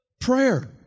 Prayer